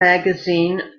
magazine